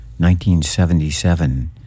1977